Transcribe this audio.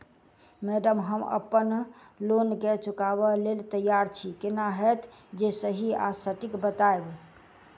Madam हम अप्पन loan केँ चुकाबऽ लैल तैयार छी केना हएत जे सही आ सटिक बताइब?